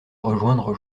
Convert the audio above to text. rejoindre